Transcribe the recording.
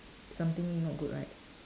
something not good right